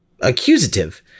accusative